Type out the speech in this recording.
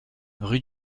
rue